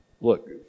Look